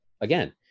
again